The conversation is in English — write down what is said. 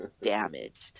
damaged